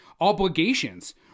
obligations